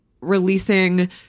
releasing